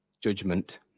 judgment